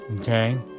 Okay